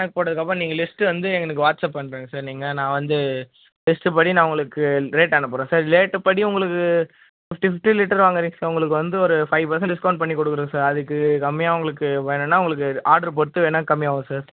வே போட்டதுக்கப்புறம் நீங்கள் லிஸ்ட்டு வந்து எங்களுக்கு வாட்ஸ்அப் பண்ணுறேங்க சார் நீங்கள் நான் வந்து லிஸ்டு படி நான் உங்களுக்கு ரேட் அனுப்புகிறேன் சார் ரேட்டு படி உங்களுக்கு ஃபிஃப்டி ஃபஃப்டி லிட்டரு வாங்குறீங்க சார் உங்களுக்கு வந்து ஒரு ஃபைவ் பர்சன்ட் டிஸ்கவுண்ட்ண்ண கொடுக்குறன் சார் அதுக்கு கம்மிய உங்களுக்கு வேணுன்னா உங்களுக்கு ஆர்டரு பொருத்து வேணால் கம்மி ஆாகும் சார்